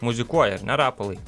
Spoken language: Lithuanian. muzikuoja ar ne rapolai